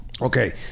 Okay